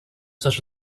such